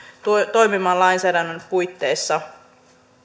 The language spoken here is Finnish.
toimimaan lainsäädännön puitteissa